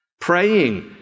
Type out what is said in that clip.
Praying